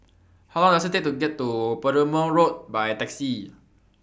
How Long Does IT Take to get to Perumal Road By Taxi